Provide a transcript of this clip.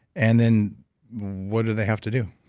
and then what do they have to do?